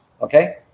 Okay